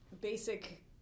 basic